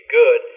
good